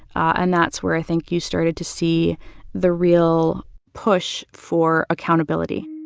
and that's where, i think, you started to see the real push for accountability,